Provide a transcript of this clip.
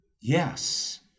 Yes